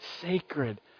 sacred